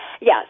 Yes